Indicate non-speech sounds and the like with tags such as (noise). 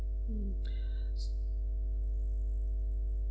mm (breath) s~